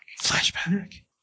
Flashback